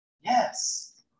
Yes